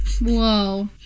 Whoa